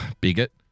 Bigot